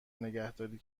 نگهداری